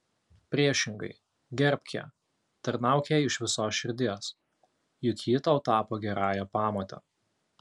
priešingai gerbk ją tarnauk jai iš visos širdies juk ji tau tapo gerąja pamote